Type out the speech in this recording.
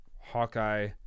Hawkeye